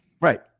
Right